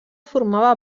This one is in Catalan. formava